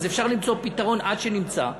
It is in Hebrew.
אז אפשר למצוא פתרון עד שנמצא.